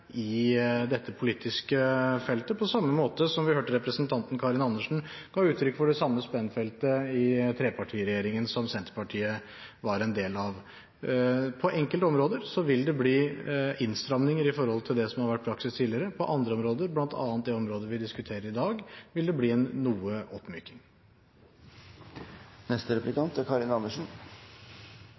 vi hørte representanten Karin Andersen gi uttrykk for det samme spennfeltet i trepartiregjeringen som Senterpartiet var en del av. På enkelte områder vil det bli innstramninger i forhold til det som har vært praksis tidligere. På andre områder, bl.a. det området vi diskuterer i dag, vil det bli noe oppmyking. Ja, det er